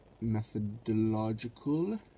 methodological